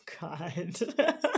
God